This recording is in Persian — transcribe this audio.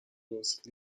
راست